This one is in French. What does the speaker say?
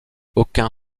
aucun